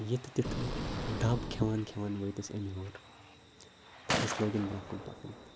یِتہٕ تِتھٕ دَب کھٮ۪وان کھٮ۪وان وٲتۍ أسۍ اَمہِ ہیوٚر تہٕ أسۍ لٲگِنۍ برونٛہہ کُن پَکنہِ